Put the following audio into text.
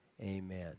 Amen